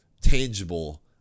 tangible